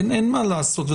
אין מה לעשות.